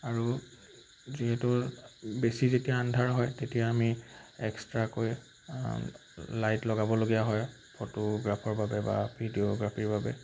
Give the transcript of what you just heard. আৰু যিহেতু বেছি যেতিয়া আন্ধাৰ হয় তেতিয়া আমি এক্সট্ৰাকৈ লাইট লগাবলগীয়া হয় ফটোগ্ৰাফৰ বাবে বা ভিডিঅ'গ্ৰাফীৰ বাবে